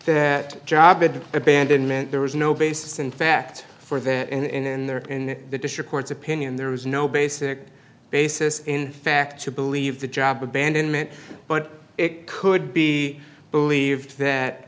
that job of abandonment there was no basis in fact for that and in there in the district court's opinion there was no basic basis in fact to believe the job abandonment but it could be believed that